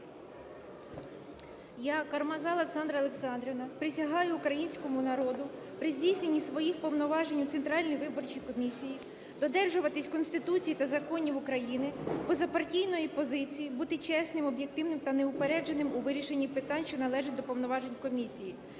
Я, Гевко Андрій Євгенович, присягаю Українському народу при здійсненні своїх повноважень у Центральній виборчій комісії додержуватися Конституції України та законів України, позапартійної позиції, бути чесним, об'єктивним та неупередженим у вирішенні питань, що належать до повноважень Комісії,